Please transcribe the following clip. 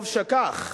טוב שכך.